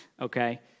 okay